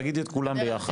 תגידי את כולן ביחד.